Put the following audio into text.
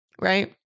Right